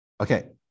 Okay